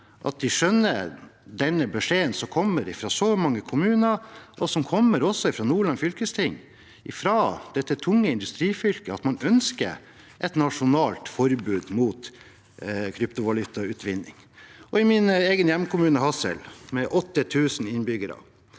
skjønner beskjeden som kommer fra så mange kommuner – og som også kommer fra Nordland fylkesting, fra dette tunge industrifylket – om at man ønsker et nasjonalt forbud mot kryptovalutautvinning. I min egen hjemkommune, Hadsel, med 8 000 innbyggere,